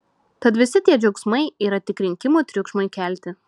tad visi tie džiaugsmai yra tik rinkimų triukšmui kelti